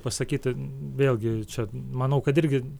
pasakyti vėlgi čia manau kad irgi